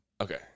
Okay